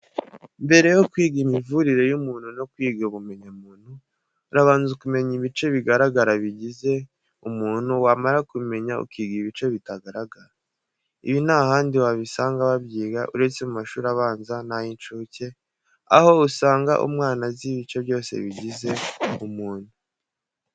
Mbere yo kwiga imivurire y'umuntu no kwiga ubumenyamuntu, urabanza ukamenya ibice bigaragara bigize umuntu, wamara kubimenya ukiga ibice bitagaragara. Ibi nta handi wabisanga babyiga uretse mu mashuri abanza na y'incuke, aho usanga umwana azi ibice byose bigize umuntu.